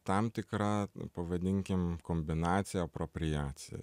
tam tikra pavadinkim kombinacija apropriacija